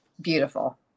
beautiful